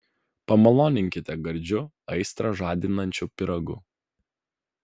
pamaloninkite gardžiu aistrą žadinančiu pyragu